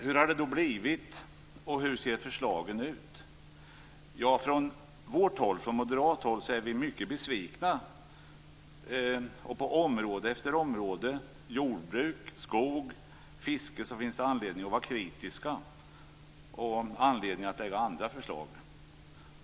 Hur har det då blivit, och hur ser förslagen ut? Från moderat håll är vi mycket besvikna. På område efter område - jordbruk, skog, fiske - finns det anledning att vara kritisk och anledning att lägga fram andra förslag.